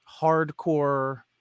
hardcore